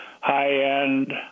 high-end